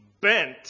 bent